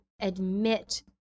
admit